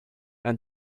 and